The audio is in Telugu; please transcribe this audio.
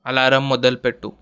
అలారం మొదలుపెట్టు